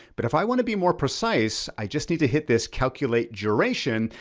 but if i wanna be more precise, i just need to hit this calculate duration.